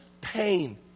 pain